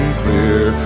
clear